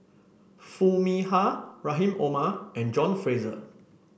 Foo Mee Har Rahim Omar and John Fraser